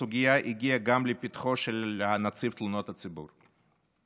הסוגיה הגיעה גם לפתחו של נציב תלונות הציבור.